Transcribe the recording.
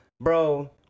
Bro